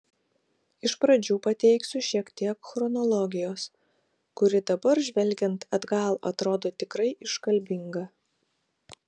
iš pradžių pateiksiu šiek tiek chronologijos kuri dabar žvelgiant atgal atrodo tikrai iškalbinga